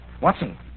Watson